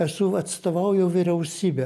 esu atstovauju vyriausybę